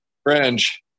French